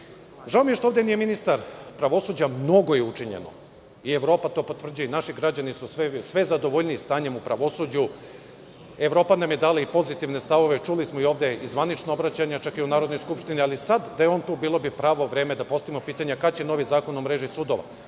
mi je što ovde nije ministar pravosuđa. Mnogo je učinjeno. I Evropa to potvrđuje. I naši građani su sve zadovoljniji stanjem u pravosuđu. Evropa nam je dala i pozitivne stavove. Čuli smo ovde i zvanično obraćanje, čak i u Narodnoj skupštini. Sad, da je on tu, bilo bi pravo vreme da postavimo pitanje – kad će novi zakon o mreži sudova? Red